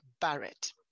Barrett